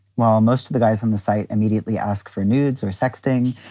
while most of the guys on the site immediately ask for nudes or sexting,